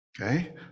Okay